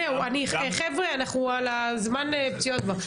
זהו, חבר'ה, אנחנו על הזמן פציעות כבר.